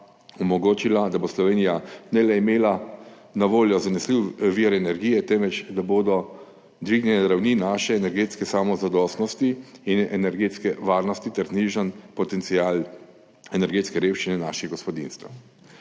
omogočila, da bo Slovenija imela na voljo ne le zanesljiv vir energije, temveč da bodo dvignjene ravni naše energetske samozadostnosti in energetske varnosti ter znižan potencial energetske revščine naših gospodinjstev.